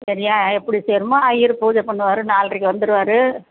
சரியா எப்படி செய்யணுமோ ஐயர் பூஜை பண்ணுவார் நால்ரைக்கு வந்துருவார்